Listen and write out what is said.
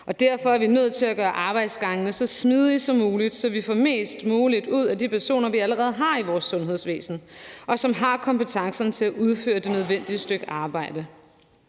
Derfor er vi nødt til at gøre arbejdsgangene så smidige som muligt, så vi får mest muligt ud af de personer, som vi allerede har i vores sundhedsvæsen, og som har kompetencerne til at udføre det nødvendige stykke arbejde.